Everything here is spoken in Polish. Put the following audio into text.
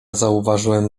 zauważyłem